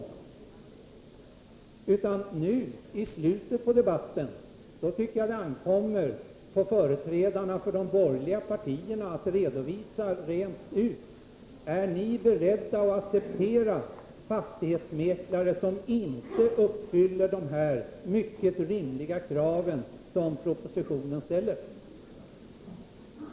Jag tycker att det nu i slutet på debatten ankommer på företrädarna för de borgerliga partierna att redovisa rent ut om de är beredda att acceptera fastighetsmäklare som inte uppfyller de mycket rimliga krav som ställs i propositionen.